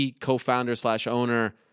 co-founder-slash-owner